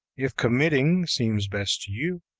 if committing seems best to you,